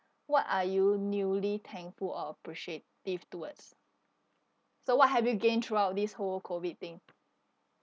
what are you newly thankful or appreciative towards so what have you gain throughout this whole COVID thing